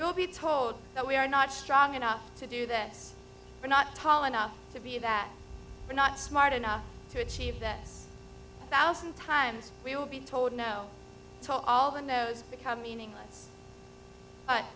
we'll be told that we are not strong enough to do this or not tall enough to be that we're not smart enough to achieve that thousand times we will be told no to all those become meaningless